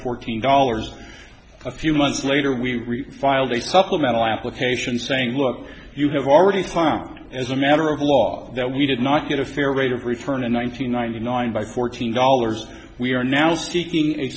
fourteen dollars a few months later we filed a supplemental application saying look you have already as a matter of law that we did not get a fair rate of return in one nine hundred ninety nine by fourteen dollars we are now seeking a